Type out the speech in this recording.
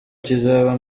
kizaba